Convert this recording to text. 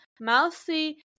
mousy